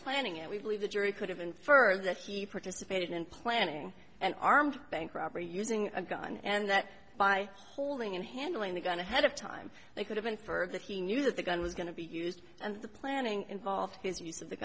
planning it we believe the jury could have inferred that he participated in planning an armed bank robbery using a gun and that by holding and handling the going to head of time they could have been for that he knew that the gun was going to be used and the planning involved